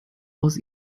aus